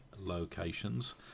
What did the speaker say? locations